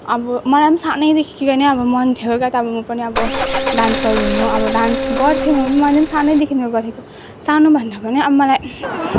अबो मलाई पनि सानैदेखिकै नै अब मन थियो क्या त अब म पनि अब डान्सर हुनु अब डान्स गर्थेँ मैले पनि सानैदेखि उयो गरेको सानोभन्दा पनि अब मलाई